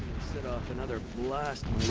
set off another blast,